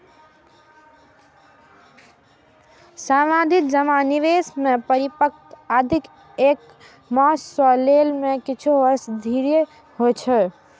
सावाधि जमा निवेश मे परिपक्वता अवधि एक मास सं लए के किछु वर्ष धरि होइ छै